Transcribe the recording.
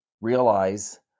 realize